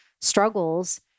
struggles